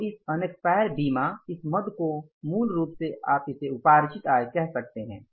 तो इस अनेक्स्पायर बीमा इस मद को मूल रूप से आप इसे उपार्जित आय कह सकते हैं